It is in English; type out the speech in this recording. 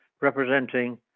representing